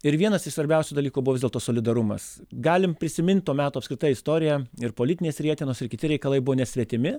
ir vienas iš svarbiausių dalykų buvo vis dėlto solidarumas galim prisimint to meto apskritai istoriją ir politinės rietenos ir kiti reikalai buvo nesvetimi